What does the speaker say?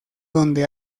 donde